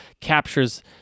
captures